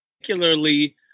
particularly